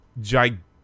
gigantic